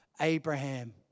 Abraham